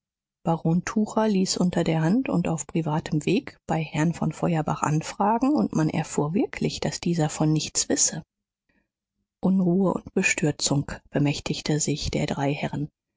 ließ unter der hand und auf privatem weg bei herrn von feuerbach anfragen und man erfuhr wirklich daß dieser von nichts wisse unruhe und bestürzung bemächtigte sich der drei herren